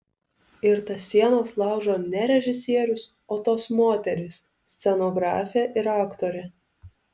ir tas sienas laužo ne režisierius o tos moterys scenografė ir aktorė